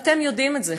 ואתם יודעים את זה,